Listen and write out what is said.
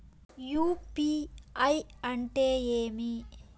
UPI అంటే ఏమి?